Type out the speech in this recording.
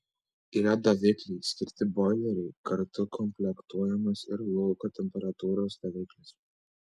yra davikliai skirti boileriui kartu komplektuojamas ir lauko temperatūros daviklis